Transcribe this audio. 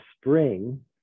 Spring